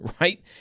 right